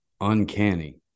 uncanny